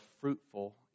fruitful